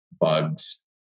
bugs